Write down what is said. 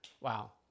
wow